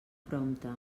prompte